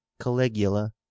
Caligula